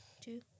two